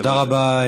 תודה רבה,